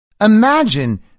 imagine